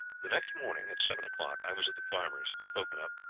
the next morning, at seven o'clock, i was at the farmer's spoken of,